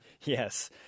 Yes